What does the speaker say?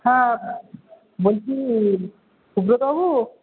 হ্যাঁ বলছি সুব্রতবাবু